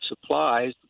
supplies